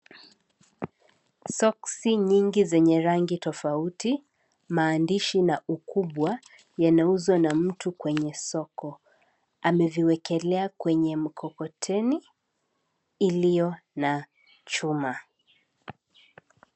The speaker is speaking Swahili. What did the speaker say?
Soksi nyingi zenye rangi tofauti maandishi na ukubwa yanauzwa na mtu kwenye soko, ameviwekelea kwenye mkokoteni ilio na chuma.